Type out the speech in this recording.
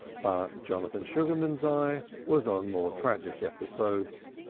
but jonathan sugarman's eye was on more tragic episodes.